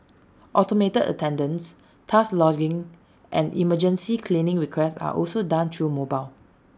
automated attendance task logging and emergency cleaning requests are also done through mobile